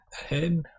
ahead